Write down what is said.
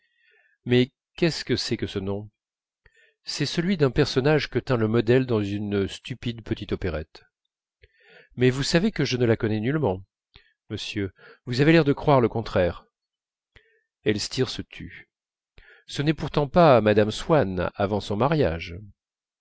mais qu'est-ce que c'est que ce nom c'est celui d'un personnage que tint le modèle dans une stupide petite opérette mais vous savez que je ne la connais nullement monsieur vous avez l'air de croire le contraire elstir se tut ce n'est pourtant pas mme swann avant son mariage